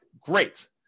great